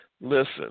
Listen